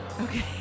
Okay